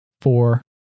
four